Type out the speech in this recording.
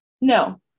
No